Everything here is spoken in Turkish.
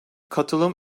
katılım